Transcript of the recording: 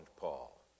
Paul